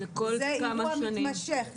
זה אירוע מתמשך.